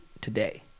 today